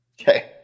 Okay